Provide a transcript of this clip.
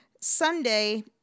Sunday